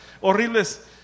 horribles